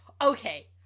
okay